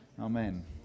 Amen